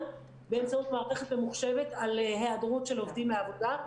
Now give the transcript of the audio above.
באמצעות מערכת ממוחשבת על היעדרות של עובדים מהעבודה.